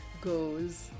goes